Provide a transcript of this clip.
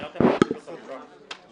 אנחנו רואים בהפקעת חזקה ושימוש